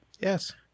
Yes